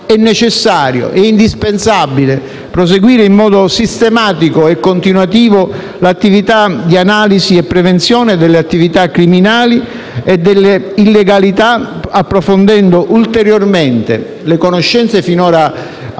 è necessario e indispensabile proseguire in modo sistematico e continuativo nell'analisi e nella prevenzione delle attività criminali e delle illegalità, approfondendo ulteriormente le conoscenze finora acquisite